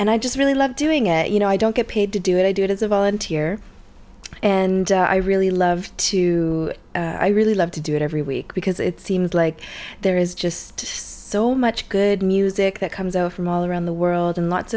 and i just really love doing it you know i don't get paid to do it i do it as a volunteer and i really love to i really love to do it every week because it seems like there is just so much good music that comes out from all around the world and lots